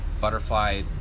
butterfly